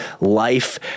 life